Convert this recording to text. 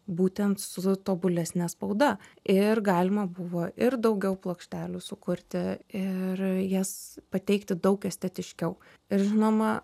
būtent su tobulesne spauda ir galima buvo ir daugiau plokštelių sukurti ir jas pateikti daug estetiškiau ir žinoma